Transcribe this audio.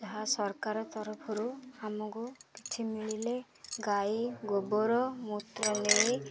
ଯାହା ସରକାର ତରଫରୁ ଆମକୁ ମିଳିଲେ ଗାଈ ଗୋବର ମୂତ୍ର ନେଇ